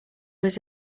was